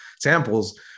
samples